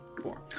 Four